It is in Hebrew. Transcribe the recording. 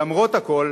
למרות הכול,